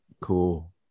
Cool